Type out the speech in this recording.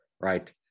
Right